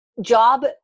job